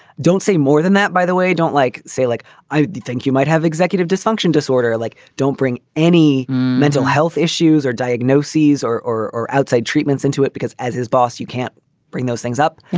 don't say more than that, by the way. don't like say like i do think you might have executive dysfunction disorder. like don't bring any mental health issues or diagnoses or or outside treatments into it because as his boss, you can't bring those things up,